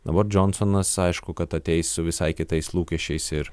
dabar džonsonas aišku kad ateis su visai kitais lūkesčiais ir